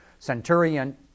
Centurion